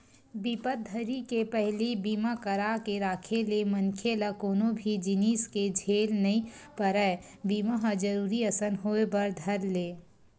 बिपत घरी के पहिली बीमा करा के राखे ले मनखे ल कोनो भी जिनिस के झेल नइ परय बीमा ह जरुरी असन होय बर धर ले